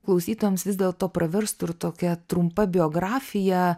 klausytojams vis dėlto praverstų ir tokia trumpa biografija